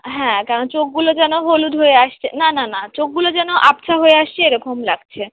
হ্যাঁ কারণ চোখগুলো যেন হলুদ হয়ে আসছে না না না চোখগুলো যেন আবছা হয়ে আসছে এরকম লাগছে